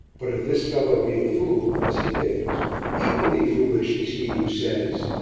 but if this fellow be a fool as he is equally foolish is he who says,